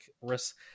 risk